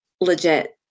legit